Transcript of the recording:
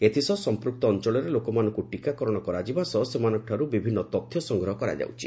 ଏଥିସହ ସଂପୂକ୍ତ ଅଞ୍ଚଳରେ ଲୋକମାନଙ୍କୁ ଟୀକାକରଶ କରାଯିବା ସହ ସେମାନଙ୍କଠାରୁ ବିଭିନୁ ତଥ୍ୟ ସଂଗ୍ରହ କରାଯାଉଛି